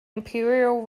imperial